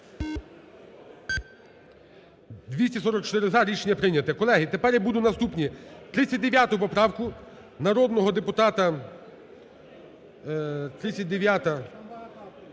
244 – за. Рішення прийняте. Колеги, тепер я буду наступні, 39 поправку народного депутата… 39…